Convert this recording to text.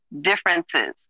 differences